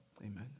amen